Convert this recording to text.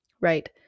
right